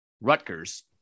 Rutgers